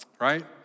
right